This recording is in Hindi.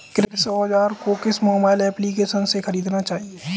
कृषि औज़ार को किस मोबाइल एप्पलीकेशन से ख़रीदना चाहिए?